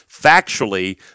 factually –